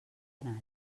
anar